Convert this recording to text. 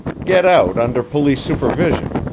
get out under police supervision,